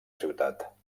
ciutat